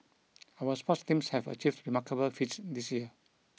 our sports teams have achieved remarkable feats this year